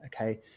okay